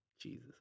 Jesus